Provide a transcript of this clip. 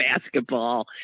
basketball